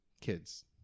kids